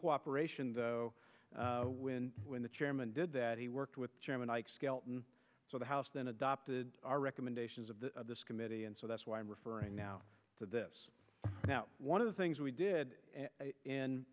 cooperation though when when the chairman did that he worked with chairman ike skelton so the house then adopted our recommendations of the committee and so that's why i'm referring now to this now one of the things we did i